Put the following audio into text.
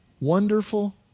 wonderful